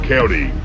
County